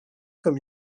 comme